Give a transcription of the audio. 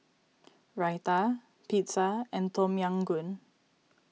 Raita Pizza and Tom Yam Goong